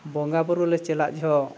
ᱵᱚᱸᱜᱟ ᱵᱩᱨᱩᱞᱮ ᱪᱟᱞᱟᱜ ᱡᱚᱠᱷᱮᱡ